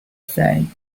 same